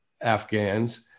Afghans